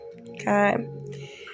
okay